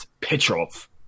Petrov